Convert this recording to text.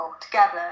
together